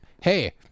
Hey